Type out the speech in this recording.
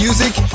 Music